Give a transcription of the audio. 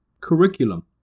Curriculum